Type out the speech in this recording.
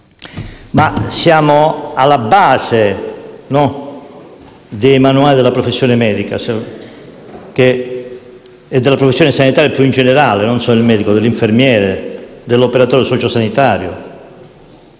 Ciò è alla base dei manuali della professione medica e della professione sanitaria più in generale, non solo del medico, ma anche dell'infermiere e dell'operatore sociosanitario.